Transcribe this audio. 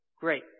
Great